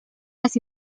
las